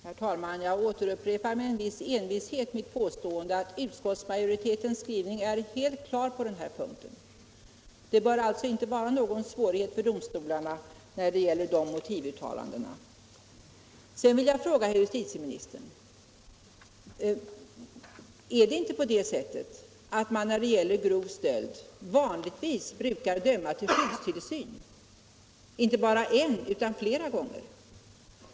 Herr talman! Jag återupprepar med en viss envishet mitt påstående att utskottsmajoritetens skrivning är helt klar på den här punkten. Det bör alltså inte vara någon svårighet för domstolarna när det gäller dessa Sedan vill jag fråga herr justitieministern: Är det inte så att man när Torsdagen den det gäller grov stöld vanligtvis brukar döma till skyddstillsyn — inte bara 11 december 1975 en utan flera gånger?